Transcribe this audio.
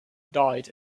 died